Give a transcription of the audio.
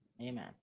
Amen